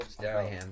down